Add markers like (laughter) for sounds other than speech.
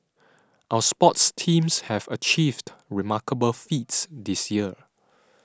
(noise) our sports teams have achieved remarkable feats this year